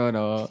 no